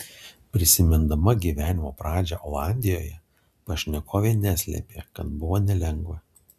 prisimindama gyvenimo pradžią olandijoje pašnekovė neslėpė kad buvo nelengva